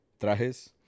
Trajes